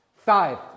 Five